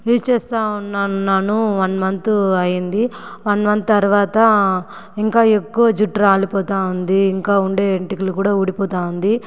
use చేస్తూ ఉన్నన్నాను one month అయ్యింది వన్ మంత్ తర్వాత ఇంకా ఎక్కువ జుట్టు రాలిపోతూవుంది ఇంకా ఉండే వెంట్రుకలు కూడా ఊడిపోతూ ఉంది